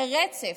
זה רצף.